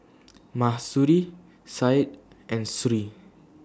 Mahsuri Syed and Sri